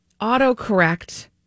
autocorrect